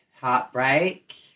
heartbreak